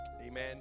amen